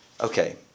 Okay